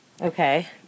Okay